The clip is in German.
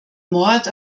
mord